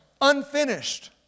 unfinished